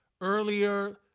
Earlier